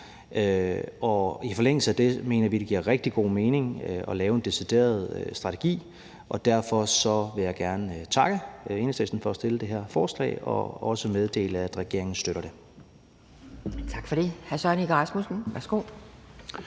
Og i forlængelse af det mener vi, at det giver rigtig god mening at lave en decideret strategi. Derfor vil jeg gerne takke Enhedslisten for at fremsætte det her forslag og også meddele, at regeringen støtter det. Kl. 11:24 Anden næstformand